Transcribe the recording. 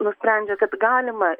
nusprendžia kad galima